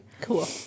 Cool